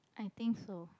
I think so